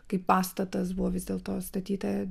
kaip pastatas buvo vis dėlto statyta